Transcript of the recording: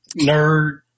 nerd